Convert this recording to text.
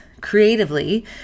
creatively